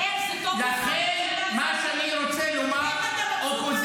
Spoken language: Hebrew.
ולכן אני רוצה לומר --- איך,